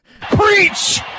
Preach